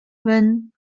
when